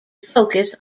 focus